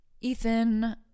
Ethan